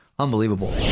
Unbelievable